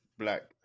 black